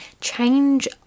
change